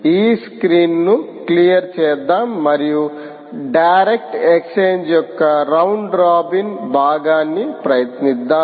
ఈ స్క్రీన్ను క్లియర్ చేద్దాం మరియు డైరెక్ట్ ఎక్స్ఛేంజ్ యొక్క రౌండ్ రాబిన్ భాగాన్ని ప్రయత్నిద్దాం